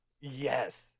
Yes